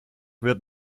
wird